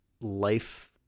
life